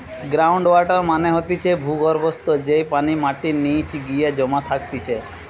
ground water মানে হতিছে ভূর্গভস্ত, যেই পানি মাটির নিচে গিয়ে জমা থাকতিছে